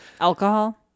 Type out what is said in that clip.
Alcohol